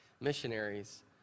missionaries